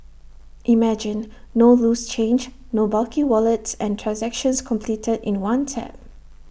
imagine no loose change no bulky wallets and transactions completed in one tap